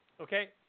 okay